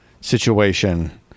situation